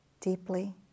deeply